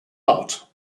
art